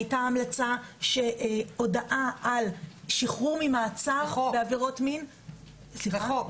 היתה המלצה שהודעה על שחרור ממעצר בעבירות מין --- זה חוק,